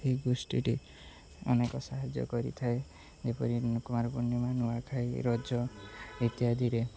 ଏହି ଗୋଷ୍ଠୀଟି ଅନେକ ସାହାଯ୍ୟ କରିଥାଏ ଯେପରି କୁମାର ପୂର୍ଣ୍ଣିମା ନୂଆଖାଇ ରଜ ଇତ୍ୟାଦିରେ